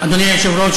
אדוני היושב-ראש,